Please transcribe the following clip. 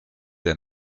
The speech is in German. der